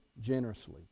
generously